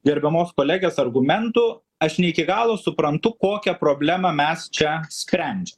gerbiamos kolegės argumentų aš ne iki galo suprantu kokią problemą mes čia sprendžiam